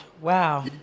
Wow